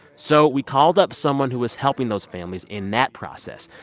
so we called up someone who was helping those families in that process.